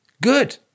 Good